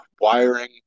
wiring